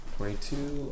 Twenty-two